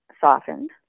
softened